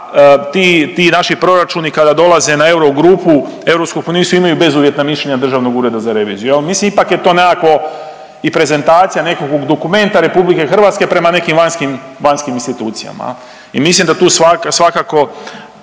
ti naši proračuni kada dolaze na euro grupu, EK imaju bezuvjetna mišljenja Državnog ureda za reviziju. Mislim, ipak je to neko, i prezentacija nekog dokumenta RH prema nekim vanjskim, vanjskim institucijama. I mislim da tu svakako